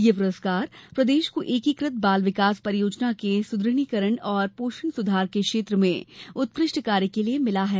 यह पुरस्कार प्रदेश को एकीकृत बाल विकास परियोजना के सुदृढ़ीकरण और पोषण सुधार के क्षेत्र में उत्कृष्ट कार्य के लिये मिला है